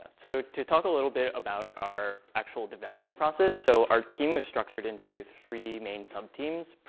so to talk a little bit about our actual development process, so our team was structured into three main subteams,